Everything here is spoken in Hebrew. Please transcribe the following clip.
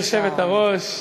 גברתי היושבת-ראש,